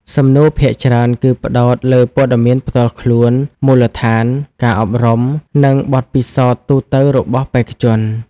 សំណួរភាគច្រើនគឺផ្តោតលើព័ត៌មានផ្ទាល់ខ្លួនមូលដ្ឋាន ការអប់រំ និងបទពិសោធន៍ទូទៅរបស់បេក្ខជន។